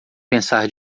pensar